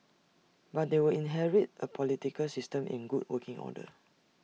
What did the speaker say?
but they will inherit A political system in good working order